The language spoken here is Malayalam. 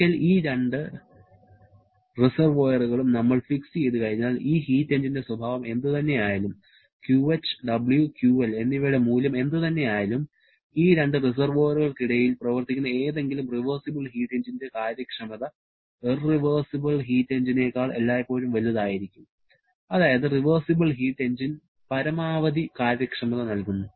ഒരിക്കൽ ഈ രണ്ട് റിസെർവോയറുകളും നമ്മൾ ഫിക്സ് ചെയ്തു കഴിഞ്ഞാൽ ഈ ഹീറ്റ് എഞ്ചിന്റെ സ്വഭാവം എന്തുതന്നെ ആയാലും QH W QL എന്നിവയുടെ മൂല്യം എന്തുതന്നെ ആയാലും ഈ രണ്ട് റിസെർവോയറുകൾക്കിടയിൽ പ്രവർത്തിക്കുന്ന ഏതെങ്കിലും റിവേഴ്സിബിൾ ഹീറ്റ് എഞ്ചിന്റെ കാര്യക്ഷമത ഇറവെർസിബിൾ ഹീറ്റ് എഞ്ചിനേക്കാൾ എല്ലായ്പ്പോഴും വലുതായിരിക്കും അതായത് റിവേർസിബിൾ ഹീറ്റ് എഞ്ചിൻ പരമാവധി കാര്യക്ഷമത നല്കുന്നു